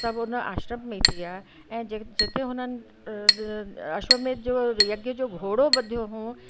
सभु उन आश्रम में ई थिया ऐं जिते हुननि आश्रम में जो यज्ञ जो घोड़ो ॿुधियो हुओ